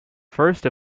first